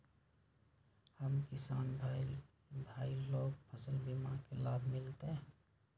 हम किसान भाई लोग फसल बीमा के लाभ मिलतई?